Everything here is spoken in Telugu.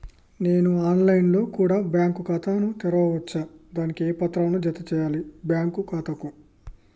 నేను ఆన్ లైన్ లో కూడా బ్యాంకు ఖాతా ను తెరవ వచ్చా? దానికి ఏ పత్రాలను జత చేయాలి బ్యాంకు ఖాతాకు?